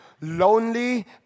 lonely